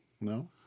no